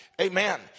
Amen